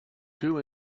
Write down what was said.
two